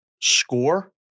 score